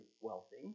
wealthy